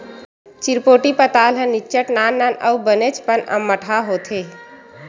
चिरपोटी पताल ह निच्चट नान नान अउ बनेचपन अम्मटहा होथे